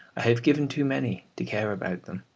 i have given too many to care about them.